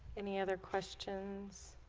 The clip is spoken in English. any other questions